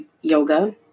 yoga